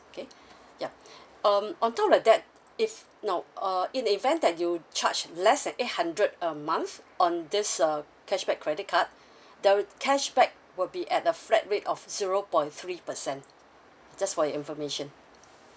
okay ya um on top of that if no uh in the event that you charge less than eight hundred a month on this uh cashback credit card there'll the cashback will be at a flat rate of zero point three percent just for your information